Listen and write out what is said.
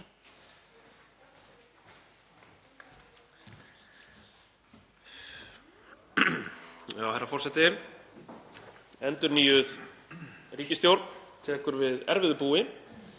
Herra forseti. Endurnýjuð ríkisstjórn tekur við erfiðu búi